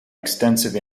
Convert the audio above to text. extensive